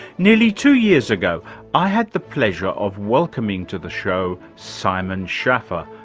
nearly two years ago i had the pleasure of welcoming to the show simon schaffer,